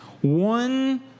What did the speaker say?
one